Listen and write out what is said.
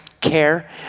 care